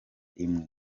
imwe